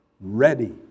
ready